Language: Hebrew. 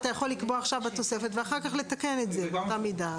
אתה יכול לקבוע עכשיו בתוספת ואחר כך לתקן את זה באותה מידה,